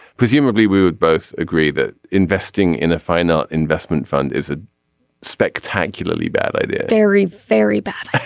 presumably we would both agree that investing in a fine art investment fund is a spectacularly bad idea very very bad